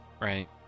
right